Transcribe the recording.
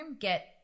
get